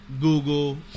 Google